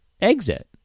exit